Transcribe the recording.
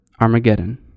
Armageddon